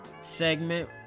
segment